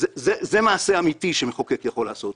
וזה מעשה אמיתי שמחוקק יכול לעשות.